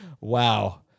Wow